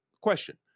question